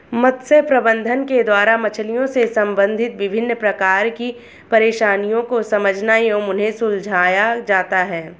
मत्स्य प्रबंधन के द्वारा मछलियों से संबंधित विभिन्न प्रकार की परेशानियों को समझा एवं उन्हें सुलझाया जाता है